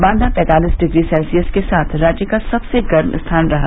बांदा पैंतालिस degree Celsius के साथ राज्य का सबसे गर्म स्थान रहा